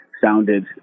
sounded